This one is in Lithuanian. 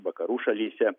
vakarų šalyse